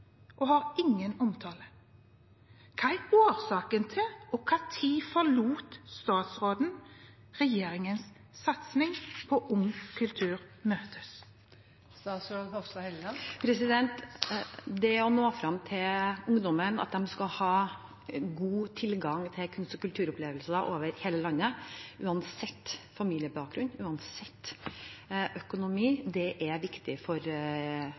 og har ingen omtale. Hva er årsaken til dette, og når forlot statsråden regjeringens satsing på Ung kultur møtes? Det å nå frem til ungdommen og at de skal ha god tilgang til kunst- og kulturopplevelser over hele landet, uansett familiebakgrunn, uansett økonomi, er viktig for